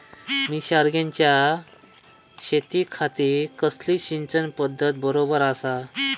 मिर्षागेंच्या शेतीखाती कसली सिंचन पध्दत बरोबर आसा?